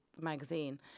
magazine